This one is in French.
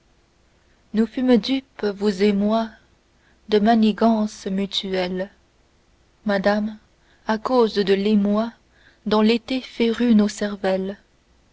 nous fûmes dupes vous et moi de manigances mutuelles madame à cause de l'émoi dont l'été férut nos cervelles